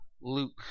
Luke